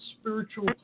spiritual